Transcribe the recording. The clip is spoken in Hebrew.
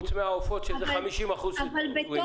חוץ מהעופות שזה 50% --- אבל בתוך